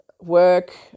work